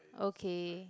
okay